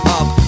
up